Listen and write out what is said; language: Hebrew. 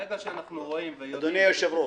ברגע שאנחנו רואים ויודעים --- אדוני היושב-ראש.